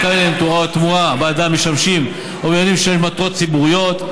המקרקעין או התמורה בעדם משמשים או מיועדים לשמש למטרות הציבוריות,